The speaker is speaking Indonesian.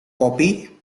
kopi